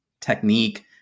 technique